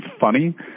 funny